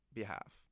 behalf